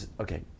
okay